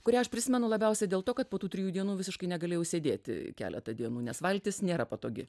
kurią aš prisimenu labiausiai dėl to kad po tų trijų dienų visiškai negalėjau sėdėti keletą dienų nes valtis nėra patogi